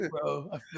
bro